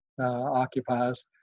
occupies